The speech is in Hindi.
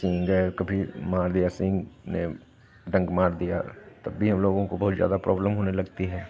जैसे सींग है कभी मार दिया सींग ने डंक मार दिया तब भी हम लोगों को बहुत जादा प्रॉब्लम होने लगती है